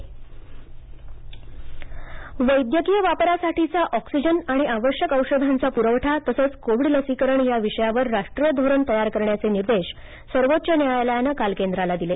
सर्वोच्च न्यायालय वैद्यकीय वापरासाठीचा ऑक्सिजन आणि आवश्यक औषधांचा पुरवठा तसंच कोविड लसीकरण या विषयांवर राष्ट्रीय धोरण तयार करण्याचे निर्देश सर्वोच्च न्यायालयाने काल केंद्राला दिले